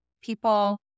people